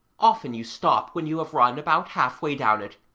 often you stop when you have run about half-way down it,